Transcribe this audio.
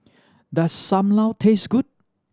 does Sam Lau taste good